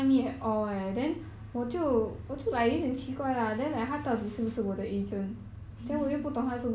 the agent maybe lazy to to convey to two person